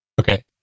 Okay